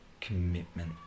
commitment